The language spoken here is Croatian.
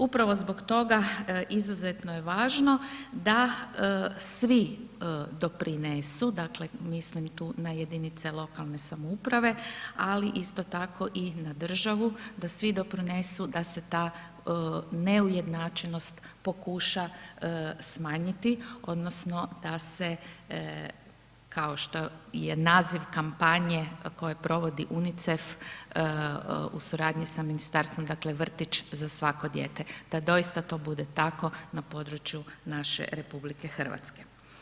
Upravo zbog toga izuzetno je važno da svi doprinesu, dakle mislim tu na jedinice lokalne samouprave, ali isto tako i na državu, da svi doprinesu da se ta neujednačenost pokuša smanjiti odnosno da se kao što je naziv kampanje koje provodi UNICEF u suradnji sa ministarstvom, dakle Vrtić za svako dijete, da doista to bude tako na području naše RH.